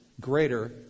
greater